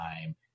time